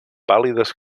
pàl·lides